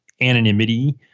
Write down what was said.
anonymity